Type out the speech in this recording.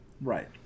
Right